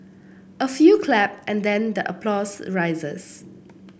a few clap and then the applause rises